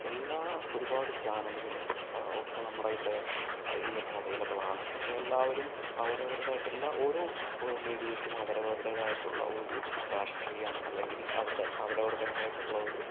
എല്ലാം ഒരുപാട് ചാനലുകളും ഒക്കെ നമ്മുടെ ഇവിടെ ഇന്നിപ്പം അവൈലബിൾ ആണ് പക്ഷേ എല്ലാവരും അവരവരുടെ എല്ലാ ഓരോ മീഡിയയ്ക്കും അവരവരുടെതായിട്ടുള്ള ഒരു രാഷ്ട്രീയം അല്ലെങ്കിൽ അവരുടെ അവരവരുടേതായിട്ടുള്ള ഒരു